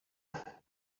are